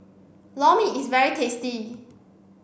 Lor Mee is very tasty